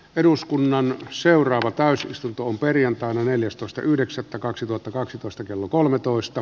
eduskunnan seuraava täysistuntoon perjantaina neljästoista yhdeksättä kaksituhattakaksitoista kello kolmetoista